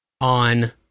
on